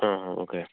okay